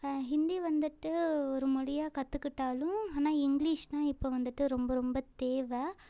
ஹிந்தி வந்துவிட்டு ஒரு மொழியாக கற்றுக்கிட்டாலும் ஆனால் இங்கிலீஷ் தான் இப்போ வந்துவிட்டு ரொம்ப ரொம்ப தேவை